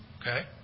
Okay